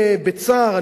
בצער,